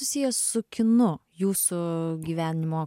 susijęs su kinu jūsų gyvenimo